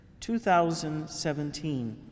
2017